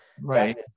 right